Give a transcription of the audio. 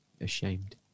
Ashamed